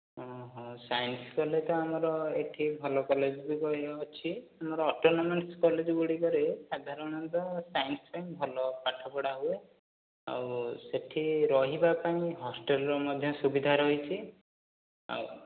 science କଲେ ତ ଆମର ଏଠି ଭଲ କଲେଜ୍ ବି ଅଛି ଆମର ଅଟୋନୋମସ୍ କଲେଜ୍ଗୁଡ଼ିକରେ ସାଧାରଣତଃ ସାଇନ୍ସ ପାଇଁ ଭଲ ପାଠପଢା ହୁଏ ଆଉ ସେଠି ରହିବା ପାଇଁ ହଷ୍ଟେଲ୍ର ମଧ୍ୟ ସୁବିଧା ରହିଛି ଆଉ